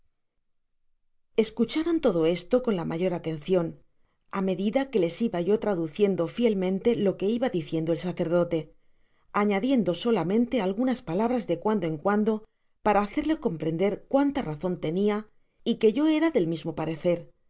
escucharon todo esto con la mayor atencion á medida que les iba yo traduciendo fielmente lo que iba diciendo el sacerdote añadiendo solamente algunas palabras de cuando en cuando para hacerle comprender cuánta razon tenia y que yo era del mismo parecer